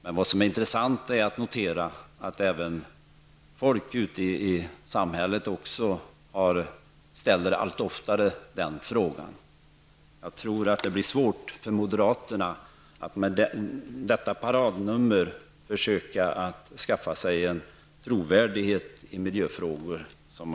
Men det är också intressant att notera att även folk ute i samhället allt oftare ställer den frågan. Jag tror att det blir svårt för moderaterna att skaffa sig en trovärdighet i miljöfrågorna med detta paradnummer.